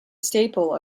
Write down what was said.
staple